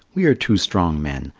we are two strong men.